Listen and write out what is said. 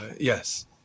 Yes